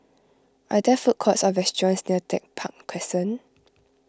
are there food courts or restaurants near Tech Park Crescent